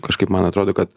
kažkaip man atrodo kad